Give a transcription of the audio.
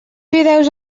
fideus